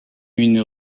une